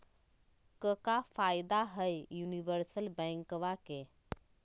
क्का फायदा हई यूनिवर्सल बैंकवा के?